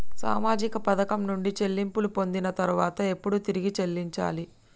సామాజిక పథకం నుండి చెల్లింపులు పొందిన తర్వాత ఎప్పుడు తిరిగి చెల్లించాలి?